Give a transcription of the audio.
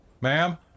ma'am